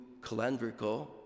calendrical